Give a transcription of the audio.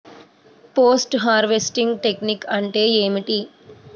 Post harvesting technique అంటే ఏమిటీ?